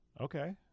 Okay